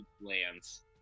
lands